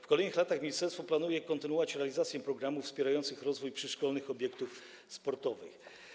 W kolejnych latach ministerstwo planuje kontynuowanie realizacji programów wspierających rozwój przyszkolnych obiektów sportowych.